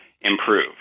improve